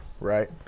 Right